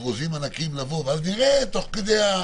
הם נפתחו ממש ראשונים, מיד אחרי פסח.